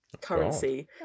currency